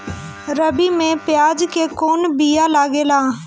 रबी में प्याज के कौन बीया लागेला?